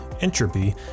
entropy